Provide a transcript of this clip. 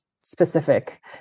specific